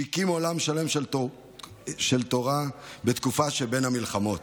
שהקים עולם שלם של תורה בתקופה שבין המלחמות,